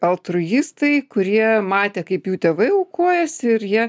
altruistai kurie matė kaip jų tėvai aukojasi ir jie